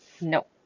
no